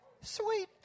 Sweet